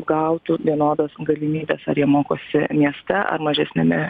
gautų vienodas galimybes ar jie mokosi mieste ar mažesniame